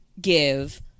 give